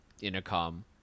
intercom